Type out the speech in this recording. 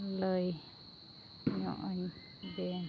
ᱞᱟᱹᱭ ᱧᱚᱜ ᱟᱹᱧ ᱵᱮᱱ